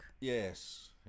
Yes